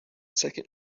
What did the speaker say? second